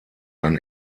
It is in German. ein